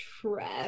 trev